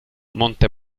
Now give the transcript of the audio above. monte